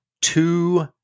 Two